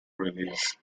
release